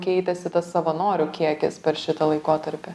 keitėsi tas savanorių kiekis per šitą laikotarpį